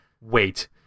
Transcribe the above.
Wait